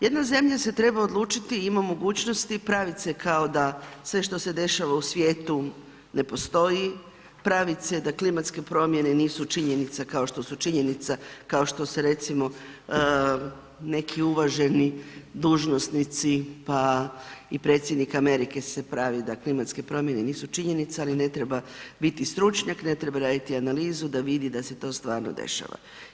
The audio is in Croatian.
Jedna zemlja se treba odlučiti i ima mogućnosti pravit se kao da sve što se dešava u svijetu ne postoji, pravit se da klimatske promjene nisu činjenica kao što su činjenica, kao što se recimo neki uvaženi dužnosnici pa i predsjednik Amerike se pravi da klimatske promjene nisu činjenica ali ne treba biti stručnjak, ne treba raditi analizu da vidi da se to stvarno dešava.